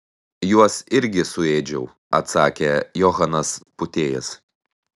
juos irgi suėdžiau atsakė johanas pūtėjas